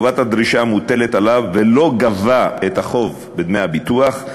הדרישה המוטלת עליו ולא גבה את החוב בדמי הביטוח,